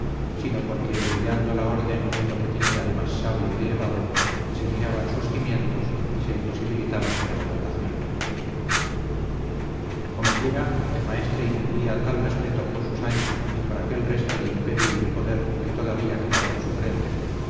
sino porque humillando la orden en lo que tenía de más sabio y elevado se minaban sus cimientos y se imposibilitaba su restauración comoquiera el maestre infundía tal respeto por sus años y por aquel resto de imperio y de poder que todavía quedaba en su frente